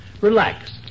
Relax